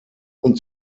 und